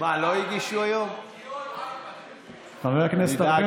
חבר הכנסת ארבל,